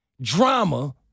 drama